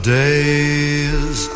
days